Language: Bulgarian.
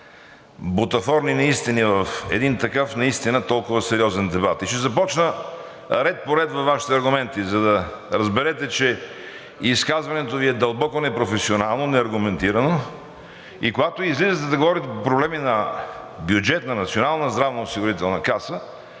бутафорни неистини в един такъв наистина толкова сериозен дебат. И ще започна ред по ред във Вашите аргументи, за да разберете, че изказването Ви е дълбоко непрофесионално, неаргументирано. Когато излизате да говорите по проблеми на бюджета на Националната здравноосигурителна каса